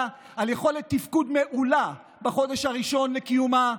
על יכולת תפקוד מעולה בחודש הראשון לקיומה,